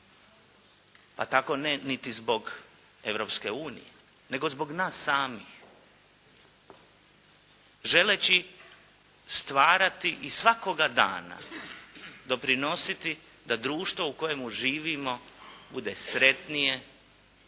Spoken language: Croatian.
a tako ne niti zbog Europske unije nego zbog nas samih želeći stvarati i svakoga dana doprinositi da društvo u kojemu živimo bude sretnije,